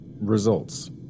Results